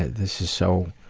this is so